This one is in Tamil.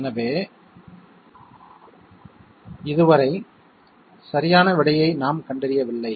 எனவே இதுவரை சரியான விடையை நாம் கண்டறியவில்லை